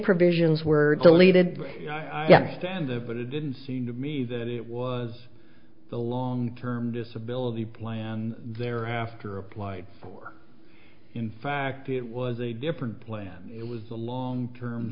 provisions were deleted yes standard but it didn't seem to me that it was the long term disability plan they're after applied for in fact it was a different plan it was a long term